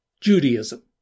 Judaism